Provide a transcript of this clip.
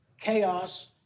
Chaos